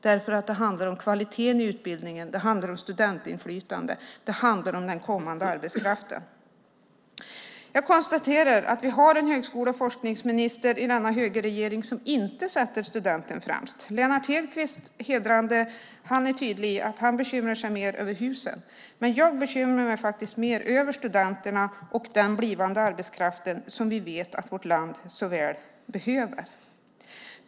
Det handlar om kvaliteten i utbildningen, studentinflytande och den kommande arbetskraften. Jag konstaterar att vi har en högskole och forskningsminister i denna högerregering som inte sätter studenten främst. Det hedrar Lennart Hedquist att han är tydlig med att han bekymrar sig mer över husen. Men jag bekymrar mig faktiskt mer över studenterna och den blivande arbetskraften som vi vet att vårt land så väl behöver.